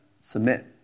submit